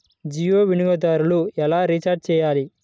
జియో వినియోగదారులు ఎలా రీఛార్జ్ చేయాలి?